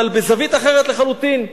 אבל בזווית אחרת לחלוטין.